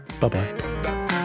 bye-bye